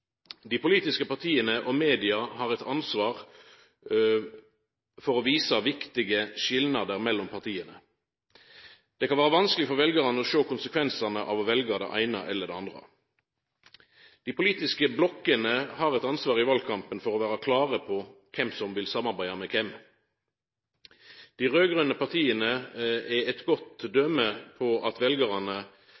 Dei politiske partia og media har eit ansvar for å visa viktige skilnader mellom partia. Det kan vera vanskeleg for veljarane å sjå konsekvensane av å velja det eine eller det andre. Dei politiske blokkene har i valkampen eit ansvar for å vera klare på kven som vil samarbeida med kven. Dei raud-grøne partia er eit godt